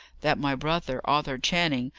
that my brother, arthur channing,